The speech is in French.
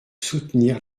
soutenir